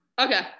Okay